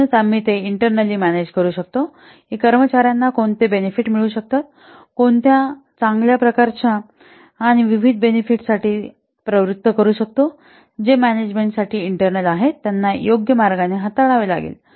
म्हणूनच आम्ही ते इंटर्नॅली मॅनेज करू शकतो की कर्मचार्यांना कोणते बेनेफिट मिळू शकतात कोणत्या प्रकारच्या चांगल्या आणि विविध बेनिफिट साठी प्रवृत्त करू शकतो जे मॅनेजमेंटसाठी इंटर्नल आहेत त्यांना योग्य मार्गाने हाताळावे लागेल